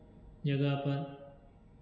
जगह पर